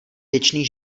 věčný